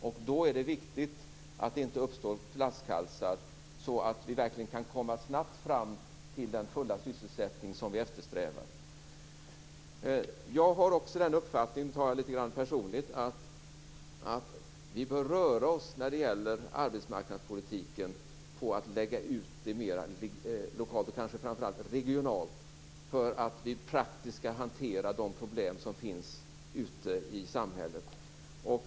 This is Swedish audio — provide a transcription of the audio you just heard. Och då är det viktigt att det inte uppstår flaskhalsar utan att vi verkligen kan komma snabbt fram till den fulla sysselsättning som vi eftersträvar. Jag har också uppfattningen - och nu talar jag litet personligt - att vi när det gäller arbetsmarknadspolitiken bör lägga ut den litet mer lokalt och kanske framför allt regionalt för att vi praktiskt skall kunna hantera de problem som finns ute i samhället.